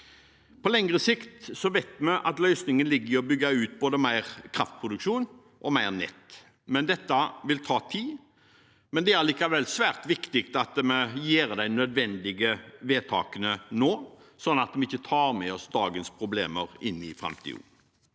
På lengre sikt vet vi at løsningen ligger i å bygge ut både mer kraftproduksjon og mer nett, men dette vil ta tid. Det er likevel svært viktig at vi gjør de nødvendige vedtakene nå, sånn at vi ikke tar med oss dagens problemer inn i framtiden.